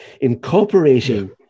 incorporating